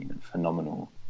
phenomenal